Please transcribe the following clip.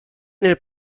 nel